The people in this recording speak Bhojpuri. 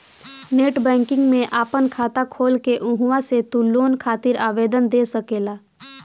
नेट बैंकिंग में आपन खाता खोल के उहवा से तू लोन खातिर आवेदन दे सकेला